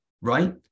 right